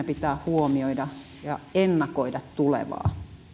pitää huomioida ja ennakoida tulevaa